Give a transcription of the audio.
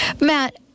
matt